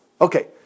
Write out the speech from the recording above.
Okay